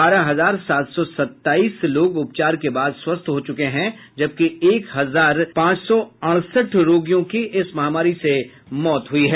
बारह हजार सात सौ सत्ताईस लोग उपचार के बाद स्वस्थ हो चुके हैं जबकि एक हजार पांच सौ अड़सठ रोगियों की इस महामारी से मौत हुई है